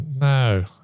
no